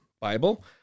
Bible